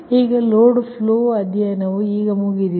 ಈಗ load flow ಅಧ್ಯಯನವು ಈಗ ಮುಗಿದಿದೆ